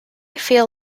feel